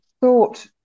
thought